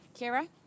Kira